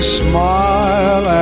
smile